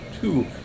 two